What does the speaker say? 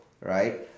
right